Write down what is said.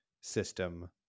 system